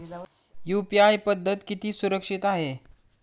UPI पद्धत किती सुरक्षित आहे?